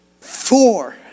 four